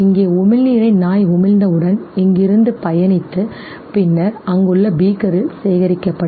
இங்கே உமிழ்நீரை நாய் உமிழ்ந்தவுடன் இங்கிருந்து பயணித்து பின்னர் அங்குள்ள பீக்கரில் சேகரிக்கப்படும்